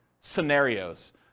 scenarios